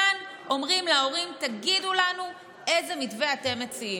כאן אומרים להורים: תגידו לנו איזה מתווה אתם מציעים.